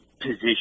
position